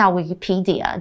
Wikipedia，